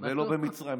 ולא במצרים.